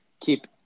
Keep